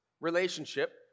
relationship